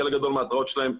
חלק גדול מההתרעות שלהם,